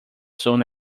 soon